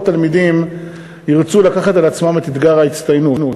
תלמידים ירצו לקחת על עצמם את אתגר ההצטיינות.